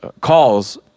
calls